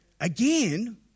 Again